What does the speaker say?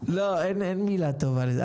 אין מילה טובה לזה.